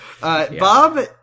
Bob